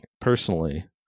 personally